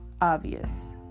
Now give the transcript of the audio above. Obvious